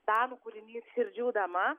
danų kūrinys širdžių dama